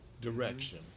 direction